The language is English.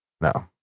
no